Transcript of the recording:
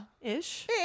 Ish